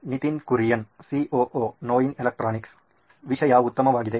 Nitin Kurian COO ನೋಯಿನ್ electronics ವಿಷಯ ಉತ್ತಮವಾಗಿದೆ